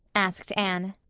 asked anne.